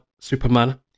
Superman